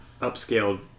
upscaled